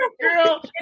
girl